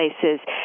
places